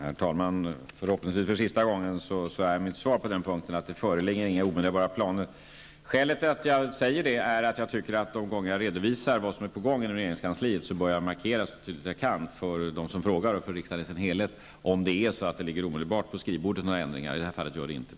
Herr talman! Mitt svar på den punkten är, förhoppningsvis för sista gången, att det inte föreligger några omedelbara planer. Skälet till att jag säger det är att jag, då jag redovisar vad som är på gång inom regeringskansliet, så tydligt som möjligt bör markera för dem som frågar och för riksdagen i dess helhet om det ligger några omedelbara ändringar på skrivbordet. I det här fallet gör det inte det.